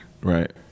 Right